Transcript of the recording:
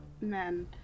men